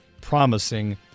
promising